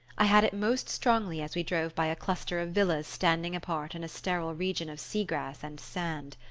i had it most strongly as we drove by a cluster of villas standing apart in a sterile region of sea-grass and sand.